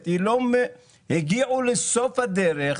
הגיעו לסוף הדרך,